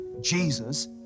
Jesus